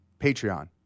Patreon